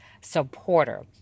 supporter